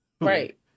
Right